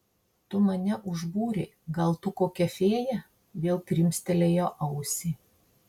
tu mane užbūrei gal tu kokia fėja vėl krimstelėjo ausį